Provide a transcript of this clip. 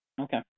okay